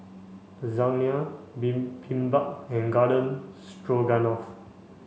Lasagne Bibimbap and Garden Stroganoff